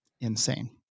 insane